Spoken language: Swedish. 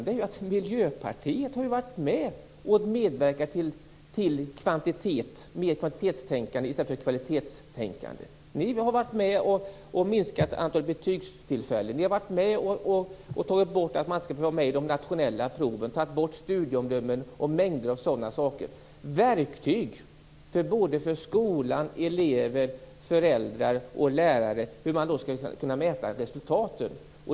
Problemet är att Miljöpartiet har varit med och medverkat till mer av kvantitetstänkande i stället för kvalitetstänkande. Ni har varit med och minskat antalet betygstillfällen. Ni har tagit bort medverkan i de nationella proven, studieomdömen och mängder av sådana saker. Detta är verktyg för både skolan, elever, föräldrar och lärare att mäta resultaten.